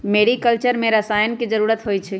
mariculture में रसायन के जरूरत होई छई